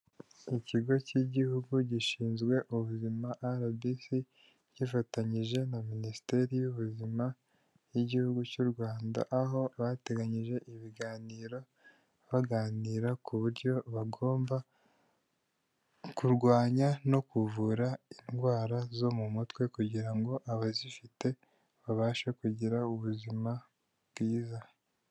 Ikigo cy'igihugu gishinzwe ubuzima RBC gifatanyije na Minisiteri y'ubuzima y'igihugu cy'u Rwanda, aho bateganyije ibiganiro baganira ku buryo bagomba kurwanya no kuvura indwara zo mu mutwe kugira ngo abazifite babashe kugira ubuzima bwiza.